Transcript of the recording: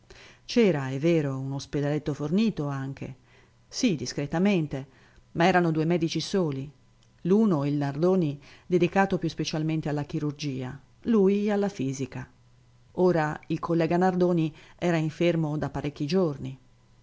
c'era è vero un ospedaletto fornito anche sì discretamente ma erano due medici soli l'uno il nardoni dedicato più specialmente alla chirurgia lui alla fisica ora il collega nardoni era infermo da parecchi giorni